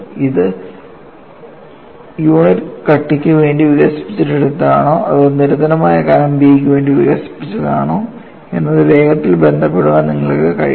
ഇത് യൂണിറ്റ് കട്ടിക്ക് വേണ്ടി വികസിപ്പിച്ചതാണോ അതോ നിരന്തരമായ കനം Bക്ക് വേണ്ടി വികസിപ്പിച്ചതാണോ എന്നതു വേഗത്തിൽ ബന്ധപ്പെടുത്താൻ നിങ്ങൾക്ക് കഴിയണം